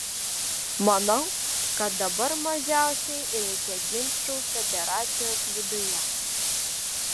manau kad dabar mažiausiai reikia ginčų federacijos viduje